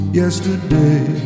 yesterday